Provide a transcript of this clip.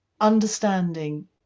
understanding